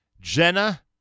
Jenna